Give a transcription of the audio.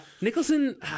Nicholson